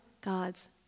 God's